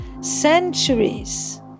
centuries